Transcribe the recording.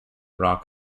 rock